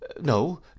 No